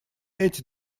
эти